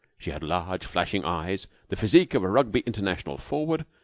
she had large, flashing eyes, the physique of a rugby international forward,